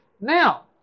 Now